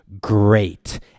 great